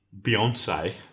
Beyonce